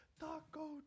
taco